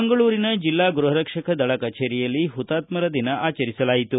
ಮಂಗಳೂರಿನ ಜಿಲ್ಲಾ ಗೃಹರಕ್ಷಕ ದಳ ಕಚೇರಿಯಲ್ಲಿ ಪುತಾತ್ಮರ ದಿನ ಆಚರಿಸಲಾಯಿತು